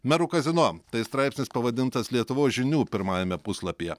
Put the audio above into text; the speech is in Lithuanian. merų kazino tai straipsnis pavadintas lietuvos žinių pirmajame puslapyje